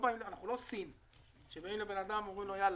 אנחנו לא סין ששם באים לאדם ואומרים לו: יאללה,